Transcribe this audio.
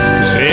Cause